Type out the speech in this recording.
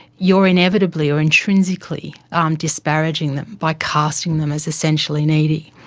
you're inevitably or intrinsically um disparaging them by casting them as essentially needy.